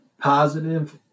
positive